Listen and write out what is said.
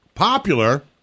popular